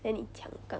then 你抢杠